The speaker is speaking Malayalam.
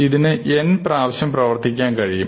ഇതിനു n പ്രാവശ്യം പ്രവർത്തിക്കാൻ കഴിയും